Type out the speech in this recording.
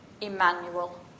Emmanuel